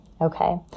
Okay